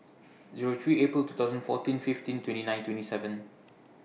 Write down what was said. Zero three April two thousand fourteen fifteen twenty nine twenty seven